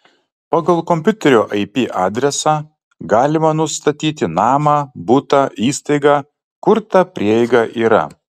pagal kompiuterio ip adresą galima nustatyti namą butą įstaigą kur ta prieiga yra